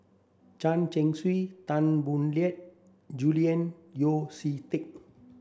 Chen Chong Swee Tan Boo Liat Julian Yeo See Teck